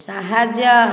ସାହାଯ୍ୟ